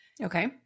Okay